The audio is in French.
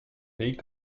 pays